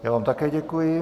Já vám také děkuji.